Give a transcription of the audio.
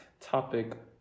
topic